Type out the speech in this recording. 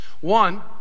One